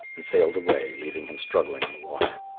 and sailed away leaving him struggling in the water.